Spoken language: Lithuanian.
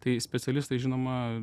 tai specialistai žinoma